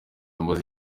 amaze